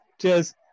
Cheers